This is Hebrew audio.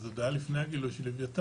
וזה עוד היה לפני הגילוי של לוויתן,